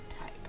type